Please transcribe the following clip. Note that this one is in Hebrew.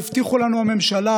והבטיחו לנו מהממשלה,